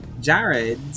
Jared